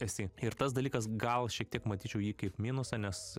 esi ir tas dalykas gal šiek tiek matyčiau jį kaip minusą nes